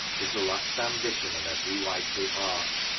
was the last ambition of every wifely heart.